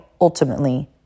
ultimately